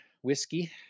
whiskey